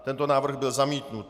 Tento návrh byl zamítnut.